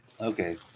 Okay